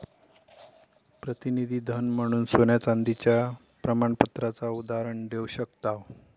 प्रतिनिधी धन म्हणून सोन्या चांदीच्या प्रमाणपत्राचा उदाहरण देव शकताव